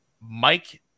Mike